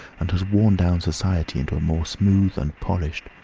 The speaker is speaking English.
and has worn down society into a more smooth and polished,